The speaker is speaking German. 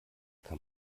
kann